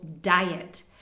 diet